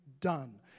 done